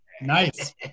nice